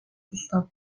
stop